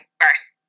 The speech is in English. first